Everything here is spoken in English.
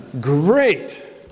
Great